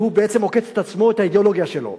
שהוא בעצם עוקץ את עצמו, את האידיאולוגיה שלו.